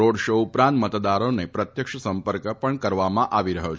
road show ઉપરાંત મતદારોને પ્રત્યક્ષ સંપર્ક પણ કરવામાં આવી રહ્યો છે